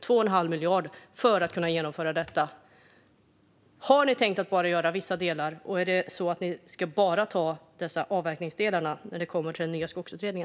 2 1⁄2 miljarder behövs för att genomföra detta. Har ni tänkt bara göra vissa delar, och handlar det bara om avverkningsdelarna när det kommer till den nya skogsutredningen?